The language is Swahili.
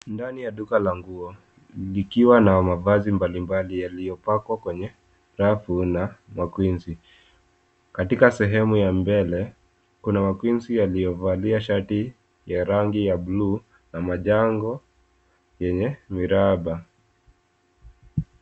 Ndani ya duka la nguo, likiwa na mavazi mbalimbali yaliyopangwa kwenye rafu na makwinsi. Katika sehemu ya mbele, kuna makwinsi yaliyovalia shati ya rangi ya buluu na majango yenye miraba.